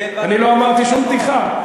אני לא אמרתי שום בדיחה.